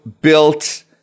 built